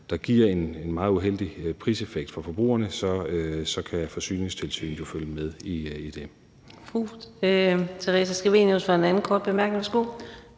der giver en meget uheldig priseffekt for forbrugerne, så kan Forsyningstilsynet jo følge med i det.